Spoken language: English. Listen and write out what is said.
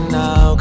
now